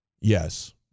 Yes